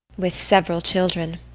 with several children.